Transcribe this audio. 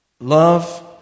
love